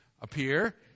appear